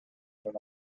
son